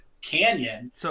canyon